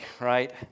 right